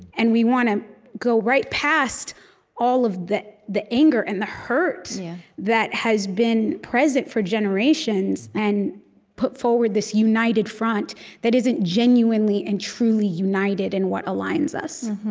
and we want to go right past all of the the anger and the hurt yeah that has been present for generations and put forward this united front that isn't genuinely and truly united in what aligns us?